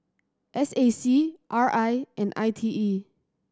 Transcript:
S A C R I and I T E